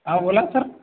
हा बोला सर